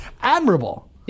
admirable